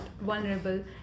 vulnerable